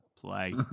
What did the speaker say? play